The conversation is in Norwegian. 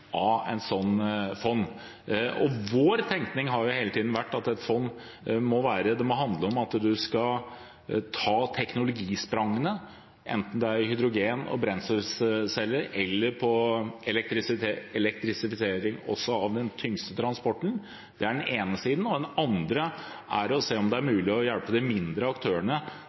av et slikt fond. Vår tenkning har hele tiden vært at et fond må handle om at man skal ta teknologisprangene, enten det er hydrogen og brenselceller eller elektrifisering av den tyngste transporten. Det er den ene siden. Den andre er å se om det er mulig å hjelpe de mindre aktørene